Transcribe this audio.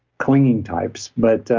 clinging types. but,